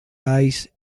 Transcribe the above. alls